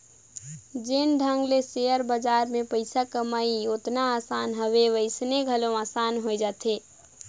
जेन ढंग ले सेयर बजार में पइसा कमई ओतना असान हवे वइसने घलो असान होए जाथे